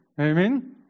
Amen